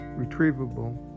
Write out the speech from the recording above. retrievable